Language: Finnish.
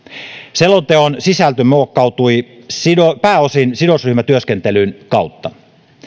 selonteon sisältö muokkautui pääosin sidosryhmätyöskentelyn kautta